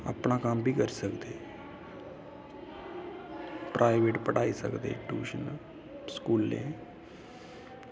अपनी कम्म बी करी सकदे प्राईवेट पढ़ाई सकदे ट्शयून स्कूलैं